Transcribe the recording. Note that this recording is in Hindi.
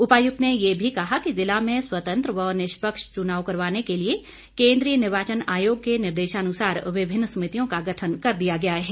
उपायुक्त ने यह भी कहा कि जिला में स्वतंत्र व निष्पक्ष चुनाव करवाने के लिए केंद्रीय निर्वाचन आयोग के निर्देशानुसार विभिन्न समितियों का गठन कर दिया गया है